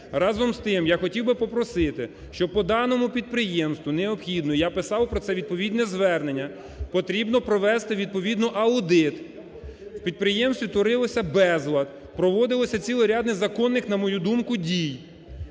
Разом з тим я хотів би попросити, що по даному підприємству необхідно, я писав про це відповідне звернення, потрібно провести відповідно аудит. В підприємстві творився безлад, проводилися цілий ряд незаконних, на мою думку, дій.